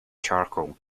charcoal